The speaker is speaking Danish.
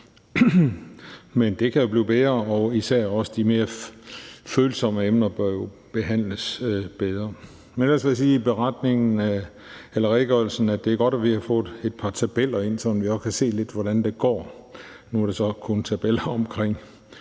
Men det kan blive bedre, og især også de mere følsomme emner bør jo behandles bedre. Men ellers vil jeg sige om redegørelsen, at det er godt, at vi har fået sat et par tabeller ind i den, så vi også kan se lidt, hvordan det går. Nu er det så kun tabeller om